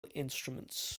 instruments